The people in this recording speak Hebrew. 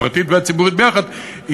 הפרטית והציבורית ביחד,